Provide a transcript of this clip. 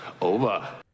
over